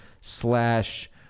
slash